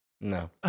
no